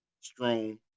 strong